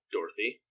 Dorothy